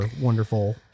wonderful